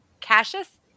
Cassius